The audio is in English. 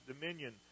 dominion